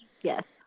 yes